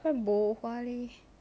不然 bo hua leh